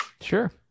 sure